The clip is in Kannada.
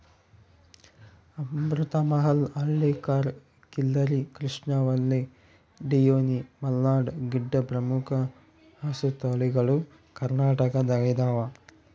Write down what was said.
ಅಮೃತ ಮಹಲ್ ಹಳ್ಳಿಕಾರ್ ಖಿಲ್ಲರಿ ಕೃಷ್ಣವಲ್ಲಿ ಡಿಯೋನಿ ಮಲ್ನಾಡ್ ಗಿಡ್ಡ ಪ್ರಮುಖ ಹಸುತಳಿಗಳು ಕರ್ನಾಟಕದಗೈದವ